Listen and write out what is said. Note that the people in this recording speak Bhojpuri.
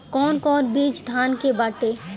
कौन कौन बिज धान के बाटे?